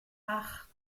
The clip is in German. acht